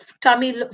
tummy